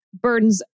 burdens